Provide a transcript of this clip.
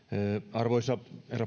arvoisa herra